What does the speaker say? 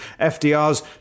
FDR's